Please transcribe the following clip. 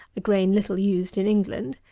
a grain little used in england.